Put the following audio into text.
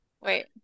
Wait